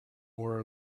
more